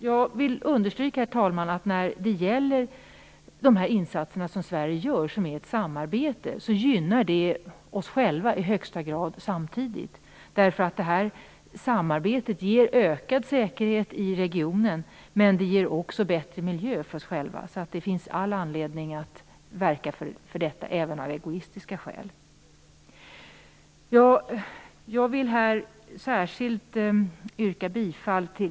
Jag vill understryka, herr talman, att de samarbetsinsatser som Sverige gör samtidigt i högsta grad gynnar oss själva. Detta samarbete ger nämligen ökad säkerhet i regionen och leder till en bättre miljö för oss själva. Det finns alltså all anledning att göra dessa insatser även av egoistiska skäl.